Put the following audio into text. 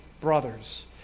brothers